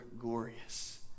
glorious